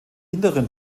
hinteren